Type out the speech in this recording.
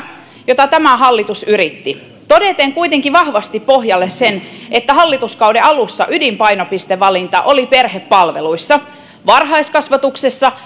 jota tämä hallitus yritti todeten kuitenkin vahvasti pohjalle sen että hallituskauden alussa ydinpainopistevalinta oli perhepalveluissa varhaiskasvatuksessa